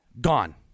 Gone